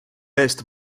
eest